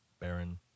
Baron